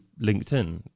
LinkedIn